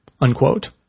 unquote